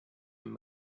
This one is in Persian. این